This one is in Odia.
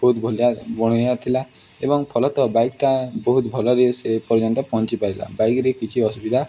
ବହୁତ ଭଳିଆ ଥିଲା ଏବଂ ଫଳତଃ ବାଇକ୍ଟା ବହୁତ ଭଲରେ ସେ ପର୍ଯ୍ୟନ୍ତ ପହଞ୍ଚିପାରିଲା ବାଇକ୍ରେ କିଛି ଅସୁବିଧା